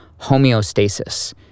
homeostasis